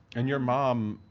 and your mom,